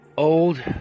Old